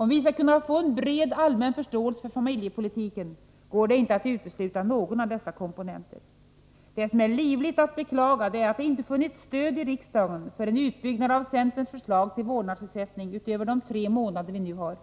Om vi skall kunna få en bred, allmän förståelse för familjepolitiken går det inte att utesluta någon av dessa komponenter. Det som är att livligt beklaga är att det inte funnits stöd i riksdagen för en utbyggnad av centerns förslag till vårdnadsersättning utöver de tre månader vi nu har.